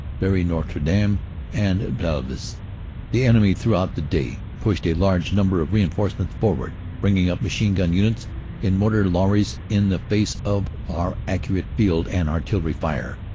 boiry-notre-dame and pelves. the enemy throughout the day pushed a large number of reinforcements forward, bringing up machine-gun units in motor lorries in the face of our accurate field and artillery fire.